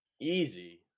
Easy